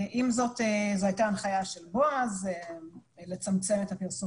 עם זאת זו הייתה הנחיה של בועז לצמצם את הפרסום